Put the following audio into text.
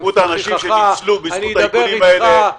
מספר האנשים שניצלו בזכות האיכונים האלה,